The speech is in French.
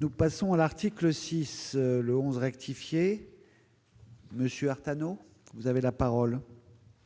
nous passons à l'article 6 le 11 rectifier. Monsieur Artano vous avez la parole.